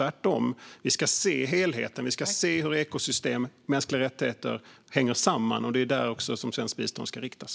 Tvärtom ska vi se helheten och hur ekosystem och mänskliga rättigheter hänger samman. Det är dit svenskt bistånd ska riktas.